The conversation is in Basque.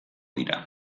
dira